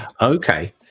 Okay